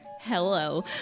Hello